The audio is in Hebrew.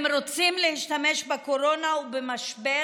הם רוצים להשתמש בקורונה ובמשבר